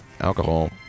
alcohol